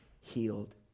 healed